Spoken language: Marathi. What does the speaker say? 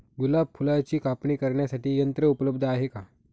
गुलाब फुलाची कापणी करण्यासाठी यंत्र उपलब्ध आहे का?